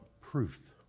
proof